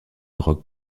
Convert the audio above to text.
rock